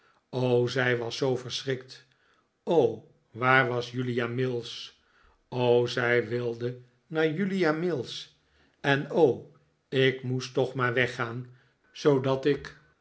zij was zoo verschrikt o waar was julia mills o zij wilde naar julia mills en o ik moest toch maar weggaan zoodat ik